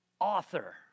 author